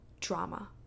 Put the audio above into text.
drama